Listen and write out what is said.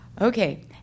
Okay